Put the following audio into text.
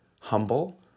humble